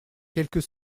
quelques